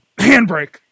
Handbrake